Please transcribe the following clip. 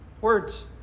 Words